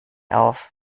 auf